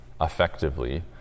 effectively